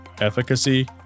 Efficacy